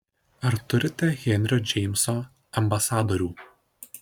ar turite henrio džeimso ambasadorių